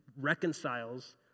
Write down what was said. reconciles